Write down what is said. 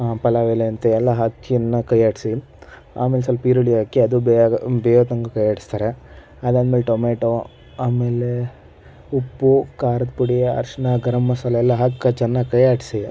ಪಲಾವ್ ಎಲೆ ಅಂತೆ ಎಲ್ಲ ಹಾಕಿ ಕೈಯ್ಯಾಡಿಸಿ ಆಮೇಲೆ ಸ್ವಲ್ಪ ಈರುಳ್ಳಿ ಹಾಕಿ ಅದು ಬೇಯೋತನಕ ಕೈಯ್ಯಾಡಿಸ್ತಾರೆ ಅದಾದ್ಮೇಲೆ ಟೊಮೇಟೊ ಆಮೇಲೆ ಉಪ್ಪು ಖಾರದಪುಡಿ ಅರಶಿನ ಗರಂ ಮಸಾಲೆ ಎಲ್ಲ ಹಾಕಿ ಚೆನ್ನಾಗಿ ಕೈಯ್ಯಾಡಿಸಿ